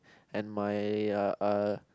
and my uh